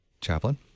chaplain